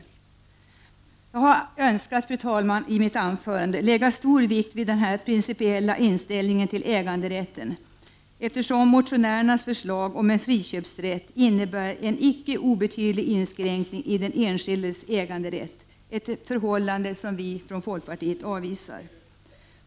Jag har önskat, fru talman, att i mitt anförande lägga stor vikt vid den principiella inställningen till äganderätten, eftersom motionärernas förslag om en friköpsrätt innebär en icke obetydlig inskränkning i den enskildes äganderätt, ett förhållande som vi från folkpartiet avvisar.